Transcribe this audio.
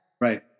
Right